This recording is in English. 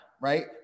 right